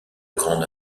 grande